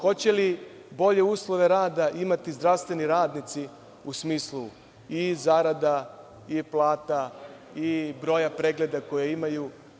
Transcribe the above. Hoće li bolje uslove rada imati zdravstveni radnici u smislu zarada, plata, broja pregleda koje imaju?